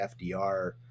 FDR